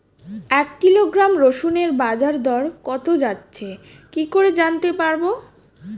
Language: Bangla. এক কিলোগ্রাম রসুনের বাজার দর কত যাচ্ছে কি করে জানতে পারবো?